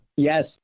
Yes